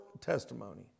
testimony